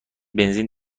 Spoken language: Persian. بنزین